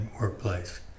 workplace